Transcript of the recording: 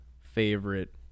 favorite